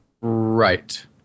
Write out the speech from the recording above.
Right